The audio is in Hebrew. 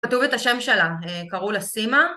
כתוב את השם שלה, קראו לה סימה